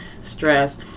stress